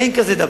אין כזה דבר,